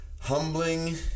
humbling